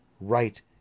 right